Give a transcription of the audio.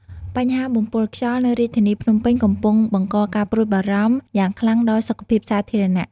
បញ្ហាបំពុលខ្យល់នៅរាជធានីភ្នំពេញកំពុងបង្កការព្រួយបារម្ភយ៉ាងខ្លាំងដល់សុខភាពសាធារណៈ។